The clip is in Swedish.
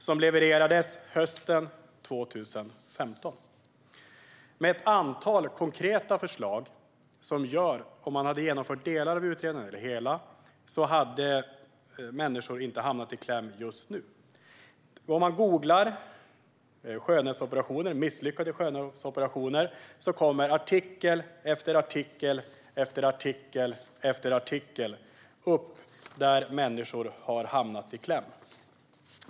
Den levererade sitt betänkande hösten 2015, och hade man genomfört alla eller delar av utredningens konkreta förslag hade människor inte hamnat i kläm nu. Om man googlar "misslyckade skönhetsoperationer" kommer artikel efter artikel upp om människor som har hamnat i kläm.